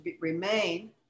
remain